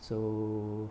so